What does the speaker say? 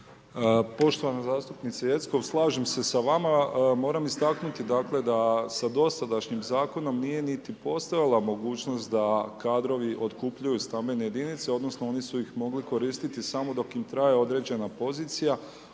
kolegice zastupnice Jeckov slažem se sa vama, moram istaknuti dakle da sa dosadašnjim zakonom nije niti postojala mogućnost da kadrovi otkupljuju stambene jedinice, odnosno oni su ih mogli koristiti samo dok im traje određena pozicija.